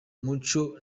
muco